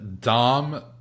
Dom